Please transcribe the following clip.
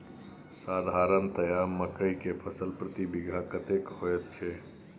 साधारणतया मकई के फसल प्रति बीघा कतेक होयत छै?